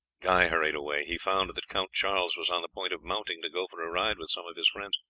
guy hurried away he found that count charles was on the point of mounting to go for a ride with some of his friends.